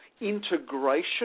integration